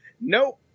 Nope